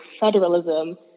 federalism